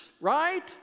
Right